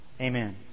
Amen